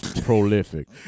Prolific